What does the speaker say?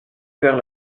faire